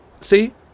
See